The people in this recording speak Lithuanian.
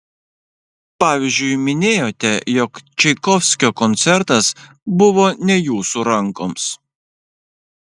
pavyzdžiui minėjote jog čaikovskio koncertas buvo ne jūsų rankoms